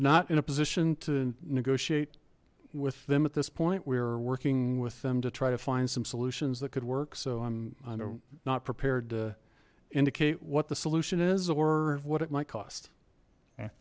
not in a position to negotiate with them at this point we are working with them to try to find some solutions that could work so i'm not prepared to indicate what the solution is or what it might cost